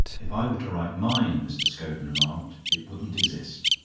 if i were to write mine, mr. scogan remarked, it wouldn't exist.